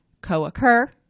co-occur